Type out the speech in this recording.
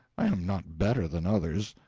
i am not better than others.